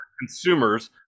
Consumers